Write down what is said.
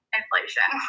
inflation